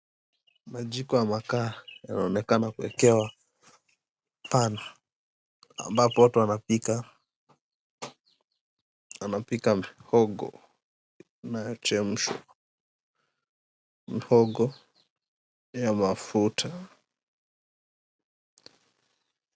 Majiko ya makaa yanaonekana kuekewa pan , ambapo watu wanapika muhogo unayochemshwa, muhogo ya mafuta.